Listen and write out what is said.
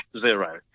zero